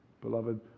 Beloved